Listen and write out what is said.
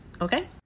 Okay